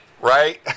Right